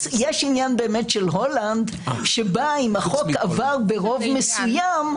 יש באמת עניין של הולנד שבה אם החוק עבר ברוב מסוים,